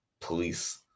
police